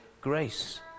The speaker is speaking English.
grace